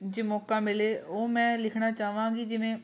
ਜੇ ਮੌਕਾ ਮਿਲੇ ਉਹ ਮੈਂ ਲਿਖਣਾ ਚਾਹਵਾਂਗੀ ਜਿਵੇਂ